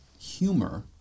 humor